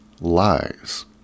lies